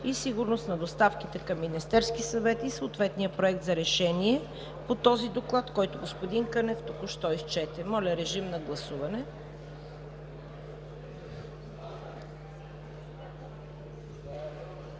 и сигурност на доставките към Министерския съвет и съответния Проект за решение по този доклад, който господин Кънев току-що изчете. Гласували